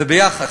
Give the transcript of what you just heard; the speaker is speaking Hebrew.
וביחד,